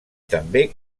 també